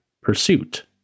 pursuit